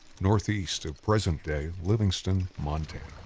northeast of present-day livingston, montana.